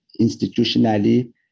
institutionally